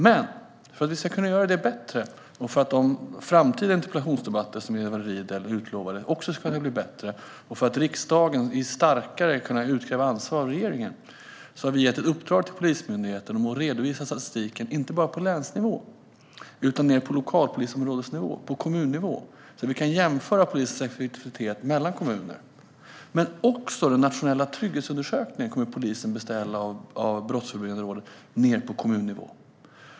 Men för att vi ska kunna göra det bättre, för att de framtida interpellationsdebatter som Edward Riedl utlovade ska bli bättre och för att riksdagen bättre ska kunna utkräva ansvar av regeringen har vi gett Polismyndigheten i uppdrag att redovisa statistiken inte bara på länsnivå utan på lokalpolisområdesnivå, på kommunnivå. Då kan vi jämföra polisens effektivitet mellan kommunerna. Också den nationella trygghetsundersökningen, som polisen beställer av Brottsförebyggande rådet, kommer att gå ned på kommunnivå.